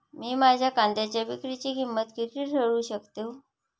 मी माझ्या कांद्यांच्या विक्रीची किंमत किती ठरवू शकतो?